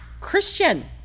Christian